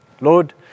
Lord